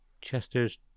Chester's